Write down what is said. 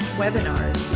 webinars.